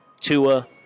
Tua